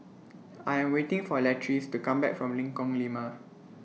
I Am waiting For Latrice to Come Back from Lengkong Lima